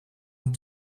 een